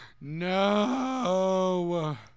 No